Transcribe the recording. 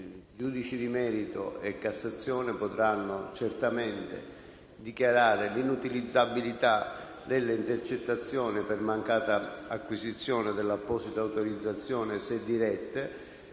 giudici di merito e la Corte di cassazione potranno certamente dichiarare l'inutilizzabilità delle intercettazioni per mancata acquisizione dell'apposita autorizzazione se dirette.